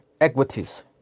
equities